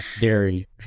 dairy